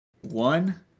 one